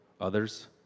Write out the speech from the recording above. others